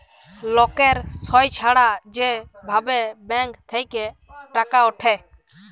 লকের সই ছাড়া যে ভাবে ব্যাঙ্ক থেক্যে টাকা উঠে